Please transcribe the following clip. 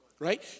Right